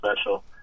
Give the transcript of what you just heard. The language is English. special